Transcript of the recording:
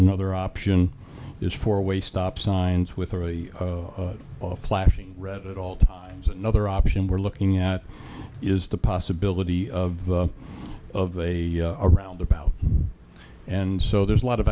another option is four way stop signs with flashing red at all times another option we're looking at is the possibility of of a a roundabout and so there's a lot of